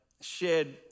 shared